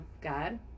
God